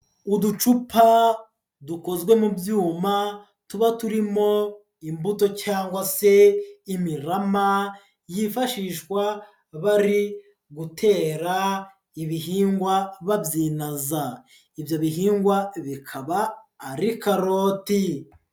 Uducupa dukozwe mu byuma tuba turimo imbuto cyangwa se imirama yifashishwa bari gutera ibihingwa babyinaza, ibyo bihingwa bikaba ari karoti.